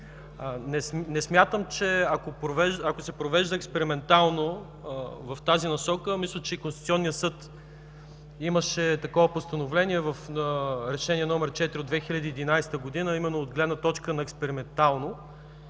Не смятам, че ако се провежда експериментално в тази насока – мисля, че Конституционният съд имаше такова постановление, Решение № 4 от 2011 г. – а именно от гледна точка на експериментално,